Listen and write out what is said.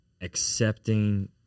accepting